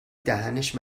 دهنش